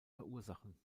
verursachen